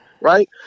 right